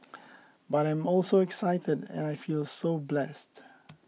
but I am also excited and I feel so blessed